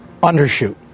undershoot